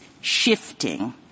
shifting –